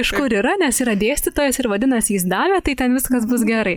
iš kur yra nes yra dėstytojas ir vadinasi jis davė tai ten viskas bus gerai